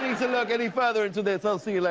to look any further into this. i will see like